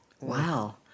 Wow